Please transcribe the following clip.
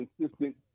consistent